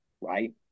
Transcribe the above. right